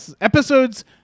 episodes